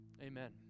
Amen